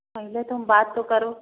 पहले तुम बात तो करो